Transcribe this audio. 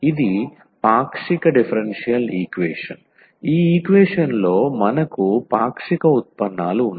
ఇది పాక్షిక differential equation ఈ ఈక్వేషన్ లో మనకు పాక్షిక ఉత్పన్నాలు ఉన్నాయి